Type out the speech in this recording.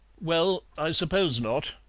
well, i suppose not,